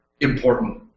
important